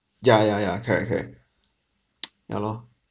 ya ya ya correct correct ya lor